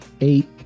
eight